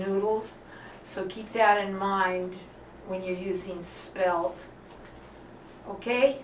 noodles so keep that in mind when you're using spelt ok